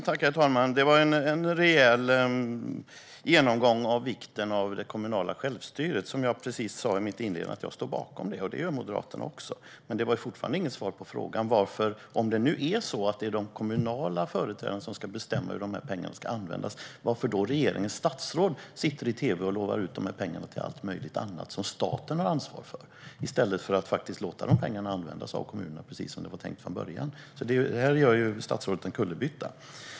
Herr talman! Det var en rejäl genomgång av vikten av det kommunala självstyret, som jag i min inledning sa att jag står bakom. Det gör Moderaterna också. Men det var inget svar på min fråga: Om det nu är de kommunala företrädarna som ska bestämma hur de här pengarna ska användas, varför sitter då regeringens statsråd i tv och lovar ut de här pengarna till allt möjligt annat som staten har ansvar för i stället för att låta pengarna användas av kommunerna som det var tänkt från början? Här gör statsrådet en kullerbytta.